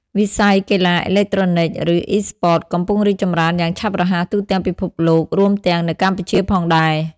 វិស័យកីឡាអេឡិចត្រូនិក ឬ អុីស្ព័ត កំពុងរីកចម្រើនយ៉ាងឆាប់រហ័សទូទាំងពិភពលោក រួមទាំងនៅកម្ពុជាផងដែរ។